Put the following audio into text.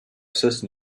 system